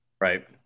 Right